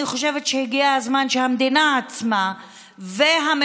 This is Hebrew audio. אני חושבת שהגיע הזמן שהמדינה עצמה והממשלה